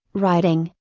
writing,